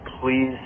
please